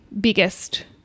biggest